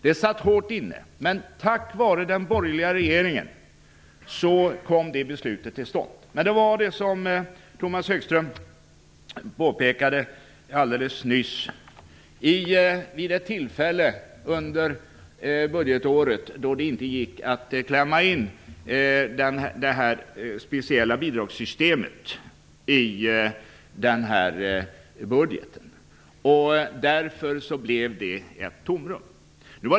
Det satt hårt inne, men tack vare den borgerliga regeringen kom beslutet till stånd. Som Tomas Högström påpekade alldeles nyss skedde detta vid ett tillfälle under budgetåret då det inte gick att klämma in det speciella bidragssystemet i budgeten. Därför uppstod ett tomrum.